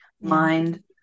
mind